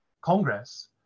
Congress